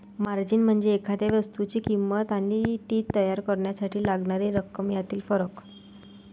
margin म्हणजे एखाद्या वस्तूची किंमत आणि ती तयार करण्यासाठी लागणारी रक्कम यातील फरक